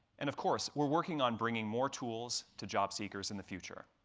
and of course we're working on bringing more tools to job seekers in the future.